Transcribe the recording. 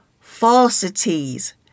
falsities